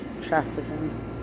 trafficking